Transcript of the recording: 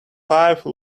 five